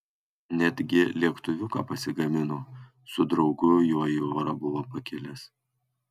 netgi lėktuviuką pasigamino su draugu juo į orą buvo pakilęs